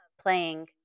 playing